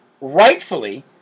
rightfully